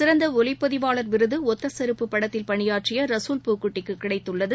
சிறந்த ஒலிப்பதிவாளர் விருது ஒத்த செருப்பு படத்தில் பணியாற்றிய ரசூல் பூகுட்டிக்கு கிடைத்துள்ளது